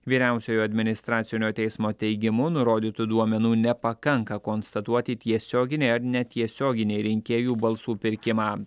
vyriausiojo administracinio teismo teigimu nurodytų duomenų nepakanka konstatuoti tiesioginį ar netiesioginį rinkėjų balsų pirkimą